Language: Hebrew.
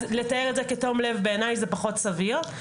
אז לתאר את זה כתום לב בעיניי זה פחות סביר.